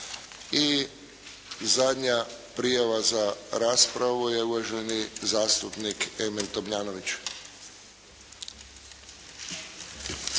I zadnja prijava za raspravu je uvaženi zastupnik Emil Tomljanović.